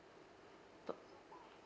but